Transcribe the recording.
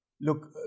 Look